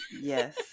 Yes